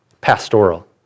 pastoral